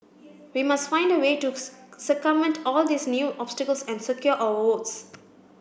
we must find a way to circumvent all these new obstacles and secure our votes